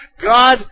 God